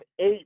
eight